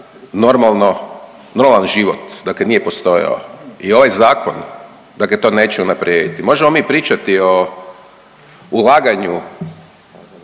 normalno, normalan život. Dakle, nije postojao. I ovaj zakon dakle to neće unaprijediti. Možemo mi pričati o ulaganju,